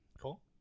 Cool